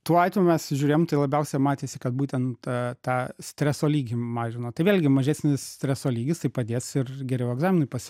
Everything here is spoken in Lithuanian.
tuo atveju mes žiūrėjom tai labiausia matėsi kad būtent tą streso lygį mažina tai vėlgi mažesnis streso lygis tai padės ir geriau egzaminui pasi